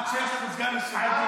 עד שיש לנו סגן יושב-ראש.